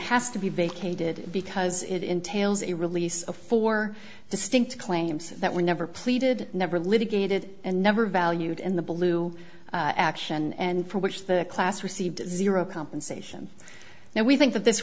has to be vacated because it entails a release of four distinct claims that were never pleaded never litigated and never valued in the blue action and for which the class received zero compensation now we think that this